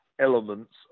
elements